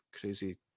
crazy